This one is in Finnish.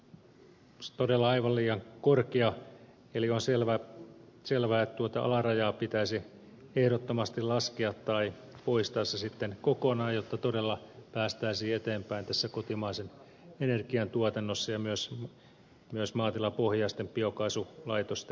se on todella aivan liian korkea eli on selvää että tuota alarajaa pitäisi ehdottomasti laskea tai poistaa se sitten kokonaan jotta todella päästäisiin eteenpäin tässä kotimaisen energian tuotannossa ja myös maatilapohjaisten biokaasulaitosten osalta